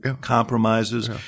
compromises